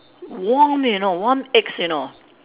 warm you know warm eggs you know